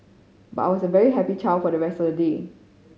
but I was very happy child for the rest of the day